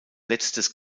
letztes